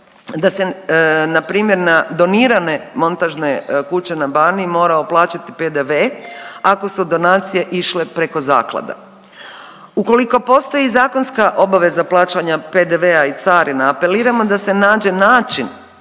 da se npr. na donirane montažne kuće na Baniji morao plaćati PDV ako su donacije išle preko zaklada. Ukoliko postoji zakonska obaveza plaćanja PDV-a i carina apeliramo da se nađe način